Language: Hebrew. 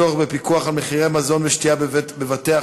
הצורך בפיקוח על מחירי מזון ושתייה בבתי-חולים,